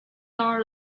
are